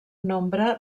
nombre